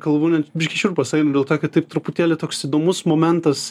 kalbu net biškį šiurpas eina dėl to kad taip truputėlį toks įdomus momentas